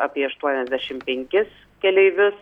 apie aštuoniasdešimt penkis keleivius